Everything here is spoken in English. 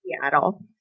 Seattle